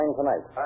tonight